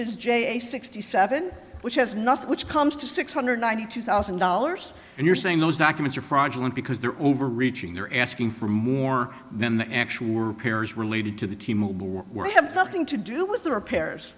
is j a sixty seven which has nothing which comes to six hundred ninety two thousand dollars and you're saying those documents are fraudulent because they're overreaching they're asking for more then the actual repairs related to the t mobile were they have nothing to do with the repairs